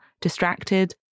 distracted